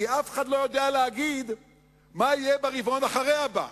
כי אף אחד לא יודע להגיד מה יהיה ברבעון שאחרי הבא.